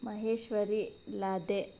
Maheshwari ಲಾದೆ